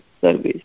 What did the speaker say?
service